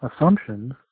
assumptions